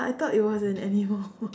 I thought it was an animal